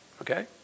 Okay